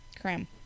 Cram